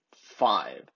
five